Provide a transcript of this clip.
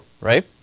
right